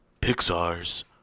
Pixar's